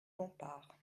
bompard